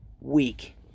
week